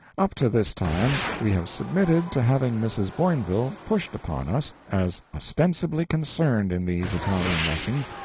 up to this time we have submitted to having mrs. boinville pushed upon us as ostensibly concerned in these italian lessons,